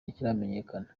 ntikiramenyekana